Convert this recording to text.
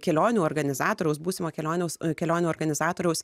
kelionių organizatoriaus būsimo kelioniaus kelionių organizatoriaus